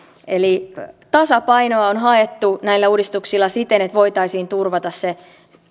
eli tasapainoa on haettu näillä uudistuksilla siten että voitaisiin turvata suomessa se